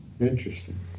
interesting